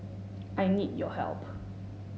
I need your help